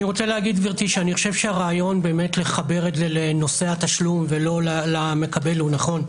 אני רוצה לומר שהרעיון לחבר את זה לנושא התשלום ולא למקבל הוא נכון.